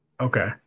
Okay